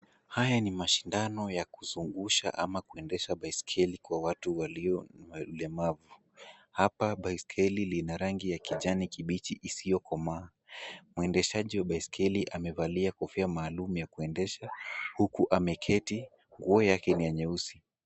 Haya ni mashindano ya kuzungusha ama kuendesha baiskeli kwa watu walio na ulemavu. Hapa baiskeli lina rangi ya kijani kibichi isiyokomaa mwendeshaji baiskeli amevalia kofia maalum ya kuendesha huku ameketi, nguo yake ni nyeusi.